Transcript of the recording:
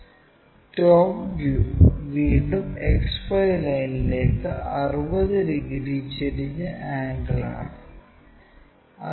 top view വീണ്ടും XY ലൈനിലേക്ക് 60 degree ചരിഞ്ഞ ആംഗിൾ ആണ്